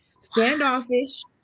Standoffish